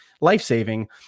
life-saving